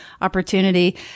opportunity